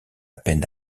peine